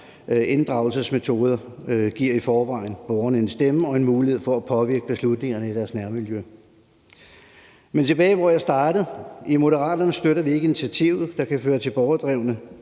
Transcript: inddragelsesmetoder, som i forvejen giver borgerne en stemme og en mulighed for at påvirke beslutninger i deres nærmiljø. Jeg vil vende tilbage til der, hvor jeg startede, og sige, at i Moderaterne støtter vi ikke initiativet, der kan føre til borgerdrevne